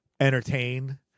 entertain